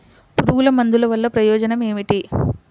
పురుగుల మందుల వల్ల ప్రయోజనం ఏమిటీ?